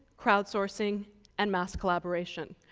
crowdsourcing and mass collaboration.